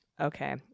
okay